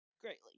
greatly